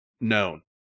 known